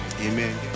amen